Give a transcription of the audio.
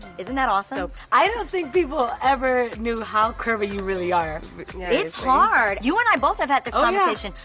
isn't that awesome? i don't think people ever knew how curvy you really are. it's hard, you and i both have had this conversation.